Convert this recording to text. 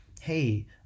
hey